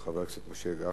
של חבר הכנסת משה גפני,